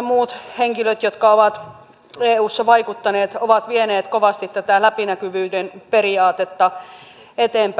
muut henkilöt jotka ovat eussa vaikuttaneet ovat vieneet kovasti tätä läpinäkyvyyden periaatetta eteenpäin